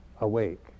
Awake